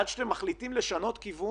כשכבר אתם מחליטים לשנות כיוון,